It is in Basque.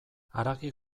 haragi